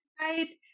Right